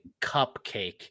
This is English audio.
cupcake